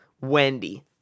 wendy